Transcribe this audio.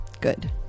Good